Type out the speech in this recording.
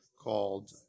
called